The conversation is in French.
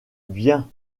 bien